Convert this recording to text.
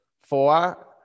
Four